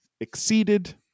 exceeded